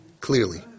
clearly